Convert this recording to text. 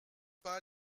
pas